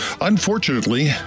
Unfortunately